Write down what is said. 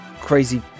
crazy